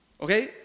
Okay